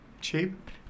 cheap